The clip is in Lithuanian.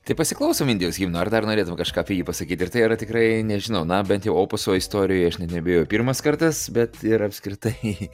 tai pasiklausom indijos himno ar dar norėtum kažką apie jį pasakyt ir tai yra tikrai nežinau na bent jau opuso istorijoj aš net neabejoju pirmas kartas bet ir apskritai